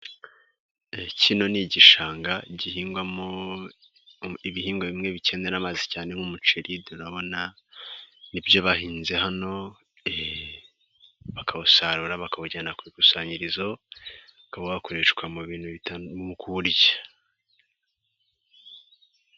Igishanga gihingwamo ibihingwa bimwe bikenera amazi cyane nk'umuceri mu byo bahinze biriho bakawusarura bakawujyana ku bikusanyirizo kugirango bawutunganye neza cyane.